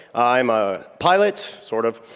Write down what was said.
i'm a pilot, sort of,